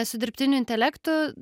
su dirbtiniu intelektu